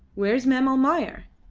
where's mem almayer?